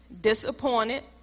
disappointed